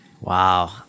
Wow